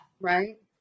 Right